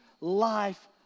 life